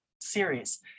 series